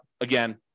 again